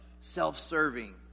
self-serving